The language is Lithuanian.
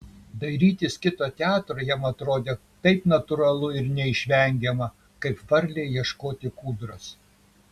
dairytis kito teatro jam atrodė taip natūralu ir neišvengiama kaip varlei ieškoti kūdros